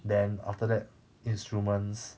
then after that instruments